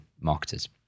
marketers